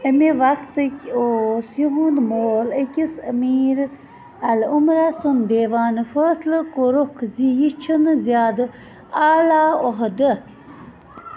برطانوی عۄہدٕ دارو کوٚر اَکھ ڈاک بٔنٛگلہٕ تعمیٖر ییٚتہِ پٮ۪ٹھٕ ترٛےٚ ہَتھ فُٹہٕ کھَجر تہٕ ہَتھ فُٹہٕ تھا تھدِ آبٕشارُک نظارٕ بوزنہٕ یوان اوس